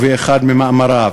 באחד ממאמריו,